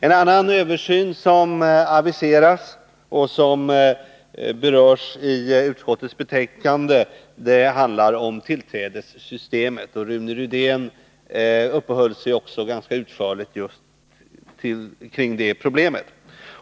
En annan översyn som aviserats och som berörs i utskottets betänkande handlar om tillträdessystemet. Rune Rydén uppehöll sig ganska utförligt just kring det problemet.